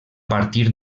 partir